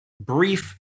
brief